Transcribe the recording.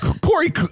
Corey